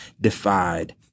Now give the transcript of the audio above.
defied